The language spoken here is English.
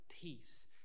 peace